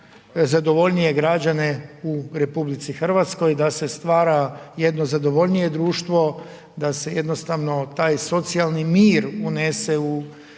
zadovoljnije građane u RH, da se stvara jedno zadovoljnije društvo, da se jednostavno taj socijalni mir unese u hrvatskog